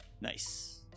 Nice